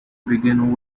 began